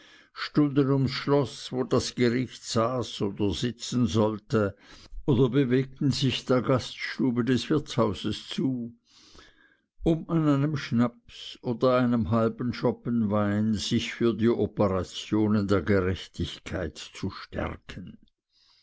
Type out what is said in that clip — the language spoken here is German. stunden ums schloß wo das gericht saß oder sitzen sollte oder bewegten sich der gaststube des wirtshauses zu um an einem schnaps oder einem halben schoppen wein sich für die operationen der gerechtigkeit zu stärken